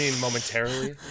momentarily